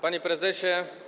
Panie Prezesie!